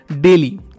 daily